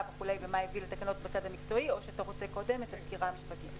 ומה הביא לתקנות בצד המקצועי או שאתה רוצה קודם את הסקירה המשפטית?